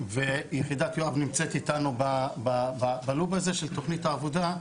יחידת יואב נמצאת איתנו בלופ הזה של תכנית העבודה,